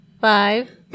Five